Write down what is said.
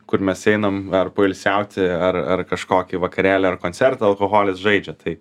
kur mes einam ar poilsiauti ar ar kažkokį vakarėlį ar koncertą alkoholis žaidžia tai